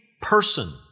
person